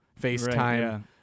FaceTime